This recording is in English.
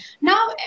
Now